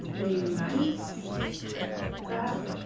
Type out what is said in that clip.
a nice fat